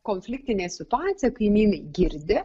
konfliktinė situacija kaimynai girdi